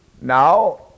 Now